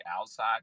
outside